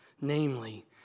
Namely